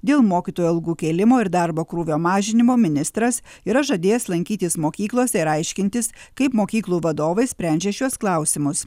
dėl mokytojų algų kėlimo ir darbo krūvio mažinimo ministras yra žadėjęs lankytis mokyklose ir aiškintis kaip mokyklų vadovai sprendžia šiuos klausimus